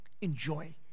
Enjoy